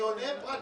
אני עונה מקצועית.